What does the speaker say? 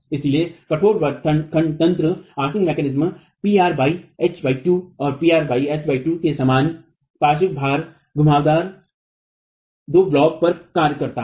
इसलिए कठोर व्रत खंड तंत्र pr h 2 और pr h 2 के समान पार्श्व भार दो ब्लॉकों पर कार्य करता है